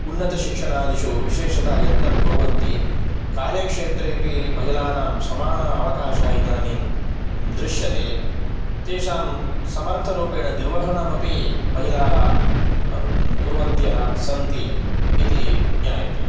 उन्नतशिक्षणादिषु विशेषतः यत्नं कुर्वन्ति कार्य क्षेत्रेपि महिलानां समान अवकाशः इदानीं दृष्यते तेषां समर्थरूपेण निर्वहणमपि महिलाः कुर्वन्त्यः सन्ति इति ज्ञायते